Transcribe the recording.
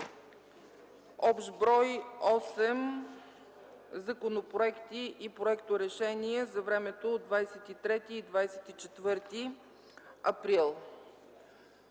Общ брой – 8 законопроекта и проекторешения за времето от 23 до 24 април